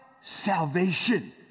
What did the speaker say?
salvation